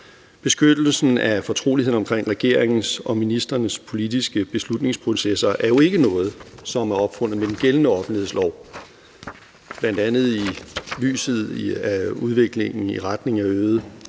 Beskyttelsen af fortroligheden omkring regeringens og ministrenes politiske beslutningsprocesser er jo ikke noget, som er opfundet med den gældende offentlighedslov. Bl.a. i lyset af udviklingen i retning af øget